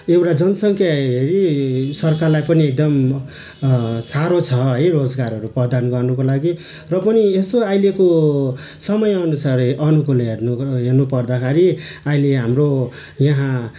एउटा जनसङ्ख्या हेरी सरकारलाई पनि एकदम साह्रो छ है रोजगारहरू प्रदान गर्नुको लागि र पनि यसो अहिलेको समयअनुसार अनुकूल हेर्न ग हेर्नु पर्दाखेरि अहिले हाम्रो यहाँ